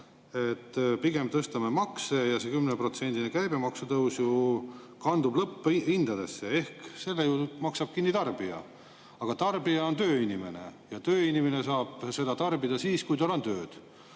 pigem tõstame makse. See 10% käibemaksu tõus kandub ju lõpphindadesse ehk selle maksab kinni tarbija. Tarbija on tööinimene ja tööinimene saab tarbida siis, kui tal on tööd.